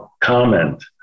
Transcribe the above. comment